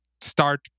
start